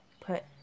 put